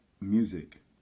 music